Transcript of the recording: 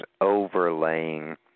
overlaying